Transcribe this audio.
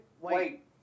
wait